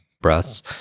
breaths